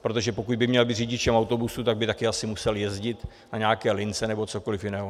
Protože pokud by měl být řidičem autobusu, tak by také asi musel jezdit na nějaké lince nebo cokoliv jiného.